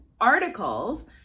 articles